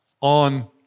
on